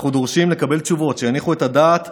אנחנו דורשים לקבל תשובות שיניחו את הדעת,